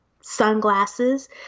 sunglasses